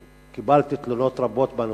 קיבלתי תלונות רבות בנושא,